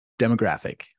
demographic